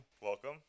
welcome